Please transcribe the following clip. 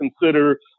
consider